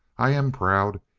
i am proud.